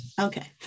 Okay